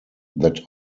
that